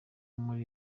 muri